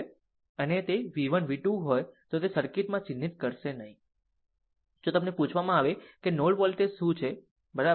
આમ આમ જો તે v 1 v 2 હોય તો પણ તે સર્કિટમાં ચિહ્નિત કરશે નહીં જો તમને પૂછવામાં આવે કે નોડ વોલ્ટેજ શું છે બરાબર